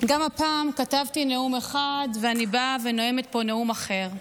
גם הפעם כתבתי נאום אחד ואני באה ונואמת פה נאום אחר.